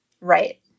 Right